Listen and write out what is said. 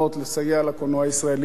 לסייע לקולנוע הישראלי.